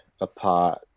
apart